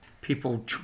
people